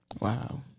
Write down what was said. Wow